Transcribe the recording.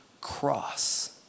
cross